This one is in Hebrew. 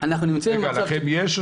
להבהיר --- רגע, אבל לכם יש?